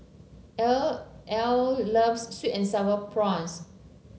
Ell Ell loves sweet and sour prawns